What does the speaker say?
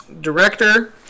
Director